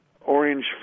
orange